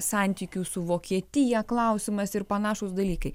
santykių su vokietija klausimas ir panašūs dalykai